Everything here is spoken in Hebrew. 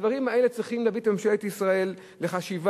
הדברים האלה צריכים להביא את ממשלת ישראל לחשיבה.